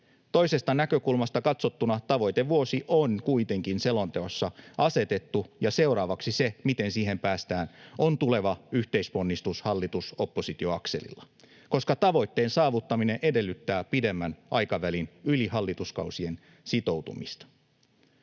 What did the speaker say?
Toisesta näkökulmasta katsottuna tavoitevuosi on kuitenkin selonteossa asetettu, ja seuraavaksi se, miten siihen päästään, on tuleva yhteisponnistus hallitus—oppositio-akselilla, koska tavoitteen saavuttaminen edellyttää pidemmän aikavälin, yli hallituskausien, sitoutumista.